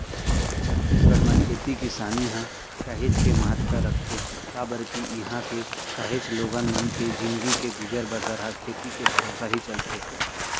छत्तीसगढ़ म खेती किसानी ह काहेच के महत्ता रखथे काबर के इहां के काहेच लोगन मन के जिनगी के गुजर बसर ह खेती के भरोसा ही चलथे